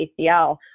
ACL